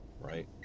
right